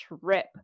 trip